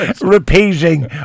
repeating